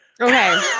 Okay